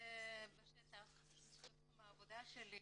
מהשטח מתחום העבודה שלי.